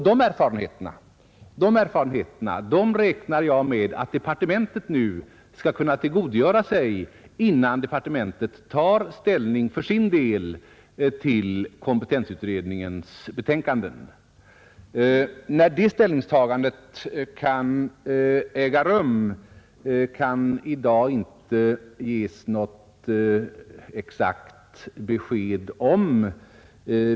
De erfarenheterna räknar jag med att departementet skall kunna tillgodgöra sig innan departementet för sin del tar ställning till kompetensutredningens betänkande. När det ställningstagandet kan äga rum, kan vi inte ge något exakt besked om.